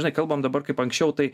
žinai kalbam dabar kaip anksčiau tai